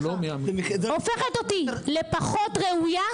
הופכת אותי לפחות ראויה?